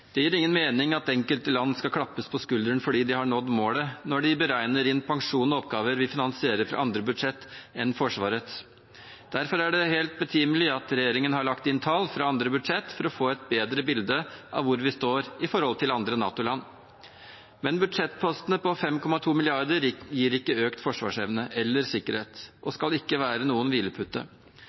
Det gir ingen mening at enkelte land skal klappes på skulderen fordi de har nådd målet, når de beregner inn pensjon og oppgaver vi finansierer fra andre budsjett enn Forsvarets. Derfor er det helt betimelig at regjeringen har lagt inn tall fra andre budsjett for å få et bedre bilde av hvor vi står i forhold til andre NATO-land. Men budsjettpostene på 5,2 mrd. kr gir ikke økt forsvarsevne eller sikkerhet og skal ikke være noen hvilepute.